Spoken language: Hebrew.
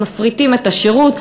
מפריטים את השירות,